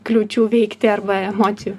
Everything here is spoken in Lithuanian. kliūčių veikti arba emocijų